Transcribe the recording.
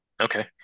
Okay